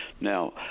Now